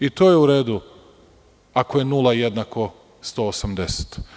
I to je u redu ako je nula jednako 180.